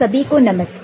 सभी को नमस्कार